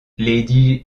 lady